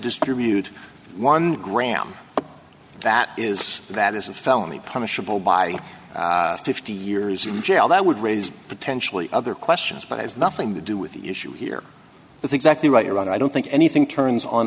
distribute one gram that is that is a felony punishable by fifty years in jail that would raise potentially other questions but has nothing to do with the issue here that's exactly right here i don't think anything turns on